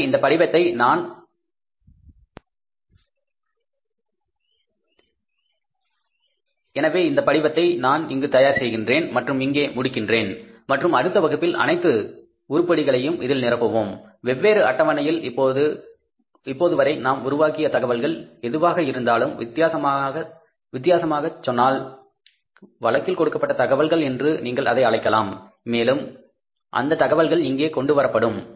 எனவே இந்தப் படிவத்தை நான் இங்கு தயார் செய்கின்றேன் மற்றும் இங்கே முடிக்கின்றேன் மற்றும் அடுத்த வகுப்பில் இந்த அனைத்து உருப்படிகளையும் இதில் நிரப்புவோம் வெவ்வேறு அட்டவணையில் இப்போது வரை நாம் உருவாக்கிய தகவல்கள் எதுவாக இருந்தாலும் வித்தியாசமாகச் சொன்னால் வழக்கில் கொடுக்கப்பட்ட தகவல்கள் என்று நீங்கள் அதை அழைக்கலாம் மேலும் அந்த தகவல்கள் இங்கே கொண்டு வரப்படும்